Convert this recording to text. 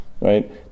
right